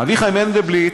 אביחי מנדלבליט,